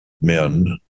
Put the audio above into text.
men